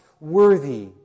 worthy